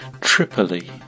Tripoli